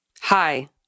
Hi